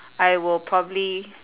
I will probably